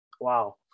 Wow